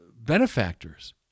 benefactors